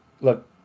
look